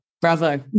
Bravo